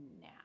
now